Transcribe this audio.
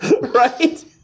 Right